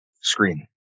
screen